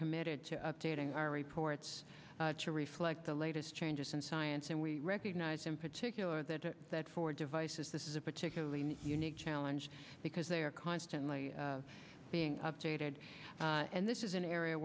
committed to updating our reports to reflect the latest changes in science and we recognize in particular that that for devices this is a particularly unique challenge because they are constantly being updated and this is an area